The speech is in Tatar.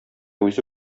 үзе